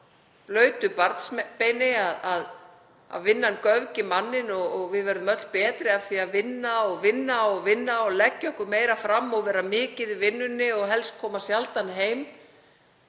að vinnan göfgi manninn og við verðum öll betri af því að vinna og vinna og leggja okkur meira fram og vera mikið í vinnunni og helst koma sjaldan heim